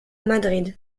madrid